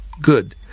Good